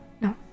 no